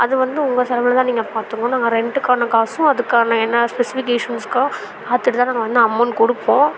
அது வந்து உங்கள் செலவில் தான் நீங்கள் பார்த்துக்கணும் நாங்கள் ரென்ட்டுக்கான காசும் அதற்கான என்ன ஸ்பெசிஃபிகேஷன் இருக்கோ பார்த்துட்டுதான் நாங்கள் வந்து அமௌண்ட் கொடுப்போம்